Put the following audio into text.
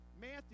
Matthew